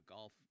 Golf